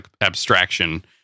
abstraction